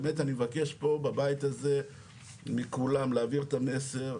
אני באמת מבקש פה בבית הזה מכולם להעביר את המסר,